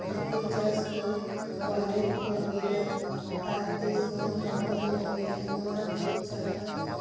ᱦᱟᱹᱠᱩ ᱪᱟᱥ ᱫᱚ ᱵᱟᱞᱮ ᱵᱟᱹᱜᱤᱭᱟ ᱟᱨ ᱛᱤᱥ ᱦᱚᱸ ᱵᱟᱵᱚᱱ ᱵᱟᱹᱜᱤᱭᱟ ᱱᱚᱣᱟᱫᱚ ᱡᱟᱦᱟᱱᱟᱜ